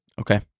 Okay